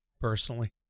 personally